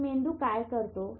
तर मेंदू काय करतो